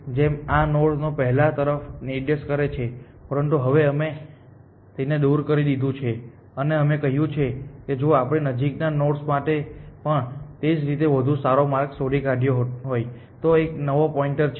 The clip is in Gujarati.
જેમ કે આ નોડ પહેલા આ તરફ નિર્દેશ કરે છે પરંતુ હવે અમે તેને દૂર કરી દીધું છે અને અમે કહ્યું છે કે જો આપણે નજીકના નોડ્સ માટે પણ તે જ રીતે વધુ સારો માર્ગ શોધી કાઢ્યો હોય તો આ એક નવો પોઇન્ટર છે